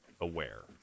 aware